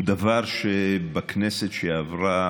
הוא דבר שבכנסת שעברה